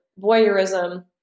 voyeurism